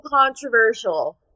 controversial